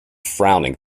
frowning